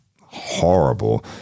horrible